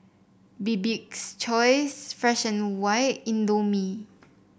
Bibik's Choice Fresh And White Indomie